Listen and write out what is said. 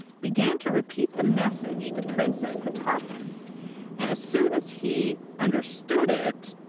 began to repeat the message the princess had taught him and as soon as he understood it,